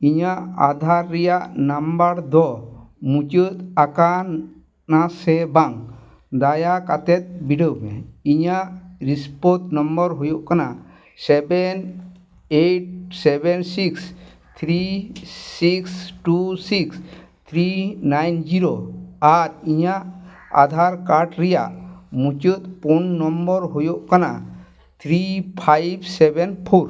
ᱤᱧᱟᱹᱜ ᱟᱫᱷᱟᱨ ᱨᱮᱭᱟᱜ ᱫᱚ ᱢᱩᱪᱟᱹᱫ ᱟᱠᱟᱱᱟ ᱥᱮ ᱵᱟᱝ ᱫᱟᱭᱟ ᱠᱟᱛᱮᱫ ᱵᱤᱰᱟᱹᱣ ᱢᱮ ᱤᱧᱟᱹᱜ ᱦᱩᱭᱩᱜ ᱠᱟᱱᱟ seven eight seven six three six two six three nine zero ᱟᱨ ᱤᱧᱟᱹᱜ ᱨᱮᱭᱟᱜ ᱢᱩᱪᱟᱹᱫ ᱯᱩᱱ ᱦᱩᱭᱩᱜ ᱠᱟᱱᱟ ᱛᱷᱨᱤ ᱯᱷᱟᱭᱤᱵᱷ ᱥᱮᱵᱷᱮᱱ ᱯᱷᱳᱨ